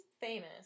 famous